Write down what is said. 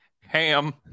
Ham